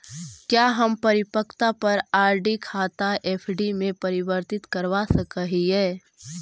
क्या हम परिपक्वता पर आर.डी खाता एफ.डी में परिवर्तित करवा सकअ हियई